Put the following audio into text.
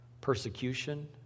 persecution